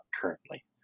currently